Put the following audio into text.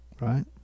right